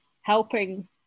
helping